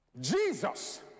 Jesus